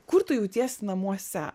kur tu jautiesi namuose